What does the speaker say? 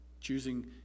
choosing